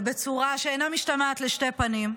ובצורה שאינה משתמעת לשתי פנים,